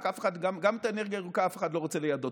רק גם את האנרגיה הירוקה אף אחד לא רוצה לידו.